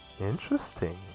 Interesting